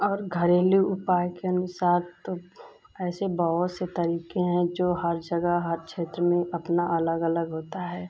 और घरेलू उपाय के अनुसार तो ऐसे बहुत से तरीके हैं जो हर जगह हर क्षेत्र में अपना अलग अलग होता है